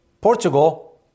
Portugal